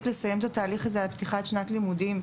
לסיים את התהליך הזה עד פתיחת שנת לימודים.